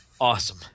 Awesome